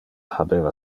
habeva